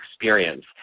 experience